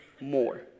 more